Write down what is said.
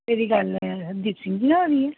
ਮੇਰੀ ਗੱਲ ਹਰਦੀਪ ਸਿੰਘ ਜੀ ਨਾਲ ਹੋ ਰਹੀ ਏ